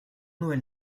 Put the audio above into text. noël